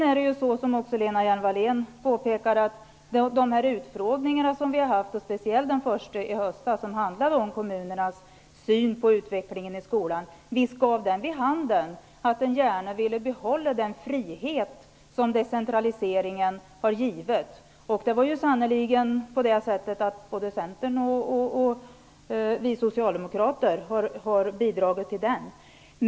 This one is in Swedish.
Precis som Lena Hjelm-Wallén påpekar gav de här utfrågningarna som vi har haft, speciellt den första i höstas som handlade om kommunerna syn på utvecklingen i skolan, vid handen att man gärna vill behålla den frihet som decentraliseringen givit. Till denna decentralisering har både Centern och Socialdemokraterna bidragit.